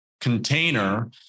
container